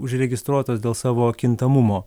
užregistruotos dėl savo kintamumo